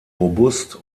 robust